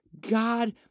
God